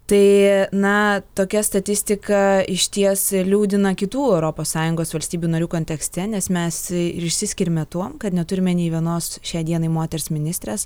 tai na tokia statistika išties liūdina kitų europos sąjungos valstybių narių kontekste nes mes ir išsiskiriame tuom kad neturime nė vienos šiai dienai moters ministrės